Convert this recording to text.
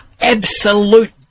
absolute